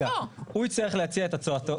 הוא יצטרך להציע את הצעתו.